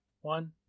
one